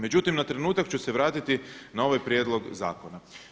Međutim, na trenutak ću se vratiti na ovaj prijedlog zakona.